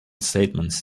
statement